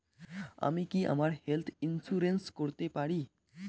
আমি কি আমার হেলথ ইন্সুরেন্স করতে পারি?